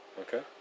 Okay